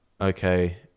okay